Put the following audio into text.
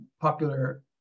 popular